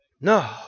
No